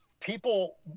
People